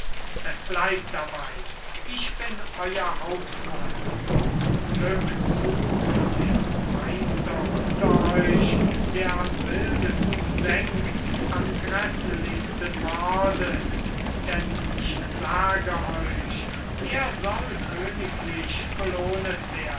es bleibt dabey ich bin euer hauptmann und glück zu dem meister unter euch der am wildesten sengt am gräßlichsten mordet denn ich sage euch er soll königlich belohnet